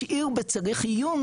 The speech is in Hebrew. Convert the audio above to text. השאיר בצריך עיון,